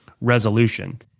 resolution